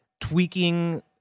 tweaking